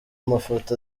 mafoto